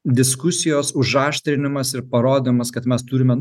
diskusijos užaštrinimas ir parodymas kad mes turime